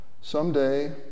Someday